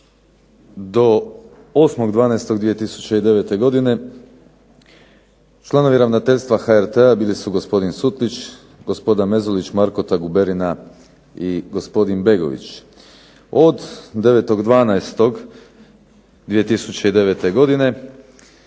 do 8.12.2009. godine članovi ravnateljstva HRT-a bili su gospodin Sutlić, gospoda Mezulić, Markota, Guberina i gospodin Begović. Od 9.12.2009. godine